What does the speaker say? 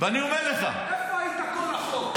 ואני אומר לך --- איפה היית כל החוק?